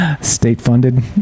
state-funded